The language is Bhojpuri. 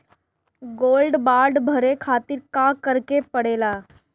गोल्ड बांड भरे खातिर का करेके पड़ेला?